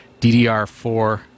DDR4